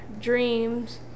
dreams